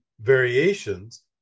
variations